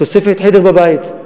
תוספת חדר בבית.